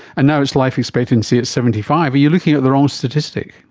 and now it's life expectancy at seventy five. are you looking at the wrong statistic?